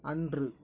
அன்று